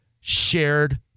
shared